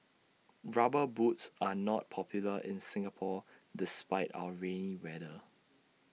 rubber boots are not popular in Singapore despite our rainy weather